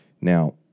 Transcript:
Now